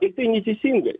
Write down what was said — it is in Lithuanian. ir tai neteisingai